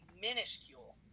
minuscule